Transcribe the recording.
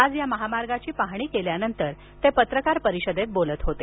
आज या महामार्गाची पाहणी केल्यानंतर ते पत्रकार परिषदेत बोलत होते